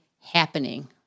happening